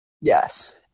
Yes